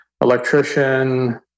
electrician